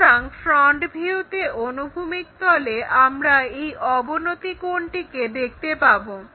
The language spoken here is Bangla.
সুতরাং ফ্রন্ট ভিউতে অনুভূমিক তলে আমরা এই অবনতি কোনটিকে দেখতে পাবো